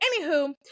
Anywho